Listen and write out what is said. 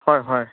হয় হয়